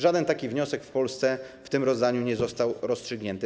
Żaden taki wniosek w Polsce w tym rozdaniu nie został rozstrzygnięty.